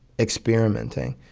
experimenting.